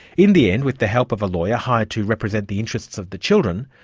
in the end, with the help of a lawyer hired to represent the interests of the children,